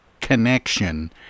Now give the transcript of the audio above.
connection